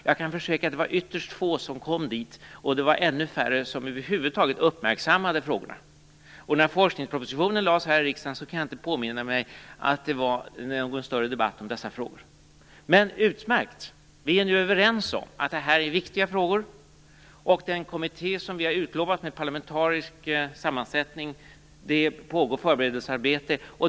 Jag kan försäkra att det var ytterst få som kom dit, och det var ännu färre som över huvud taget uppmärksammade frågorna. När forskningspropositionen lades fram här i riksdagen, kan jag inte heller påminna mig att det var någon större debatt om dessa frågor. Men det är utmärkt att vi nu är överens om att det här är viktiga frågor. Förberedelsearbete pågår för den kommitté med parlamentarisk sammansättning som vi har utlovat.